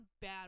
bad